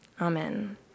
Amen